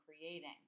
creating